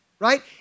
right